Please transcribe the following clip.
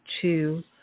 two